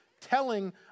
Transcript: telling